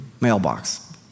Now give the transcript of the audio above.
mailbox